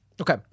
Okay